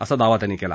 असा दावा त्यांनी केला